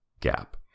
gap